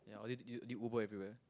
ya did you Uber everywhere